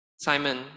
Simon